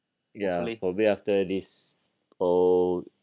ya probably after this all